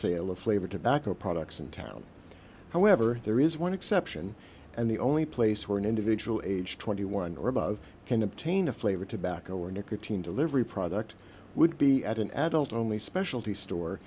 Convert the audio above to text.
sale of flavored tobacco products in town however there is one exception and the only place where an individual aged twenty one dollars or above can obtain a flavored tobacco or a nicotine delivery product would be at an adult only specialty store